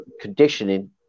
conditioning